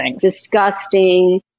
disgusting